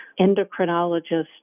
endocrinologist